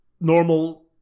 normal